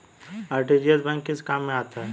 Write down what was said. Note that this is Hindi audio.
आर.टी.जी.एस बैंक के किस काम में आता है?